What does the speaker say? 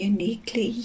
Uniquely